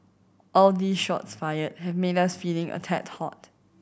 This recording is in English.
all these shots fired have made us feeling a tad hot